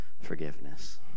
forgiveness